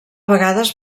vegades